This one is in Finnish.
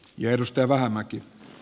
jos tervamäki